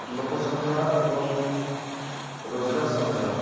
ଲୋକ ସଂଖ୍ୟା ଏବଂ ରୋଜଗାର ସଂଖ୍ୟା